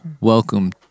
Welcome